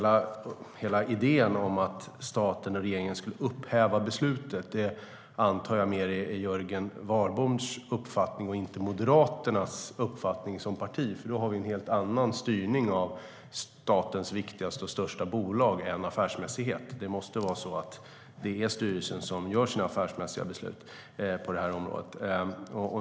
Att staten och regeringen skulle upphäva beslutet antar jag är Jörgen Warborns uppfattning, inte Moderaternas som parti. I så fall skulle det betyda en helt annan styrning än affärsmässighet av statens viktigaste och största bolag. Det måste vara styrelsen som fattar de affärsmässiga besluten.